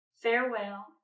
farewell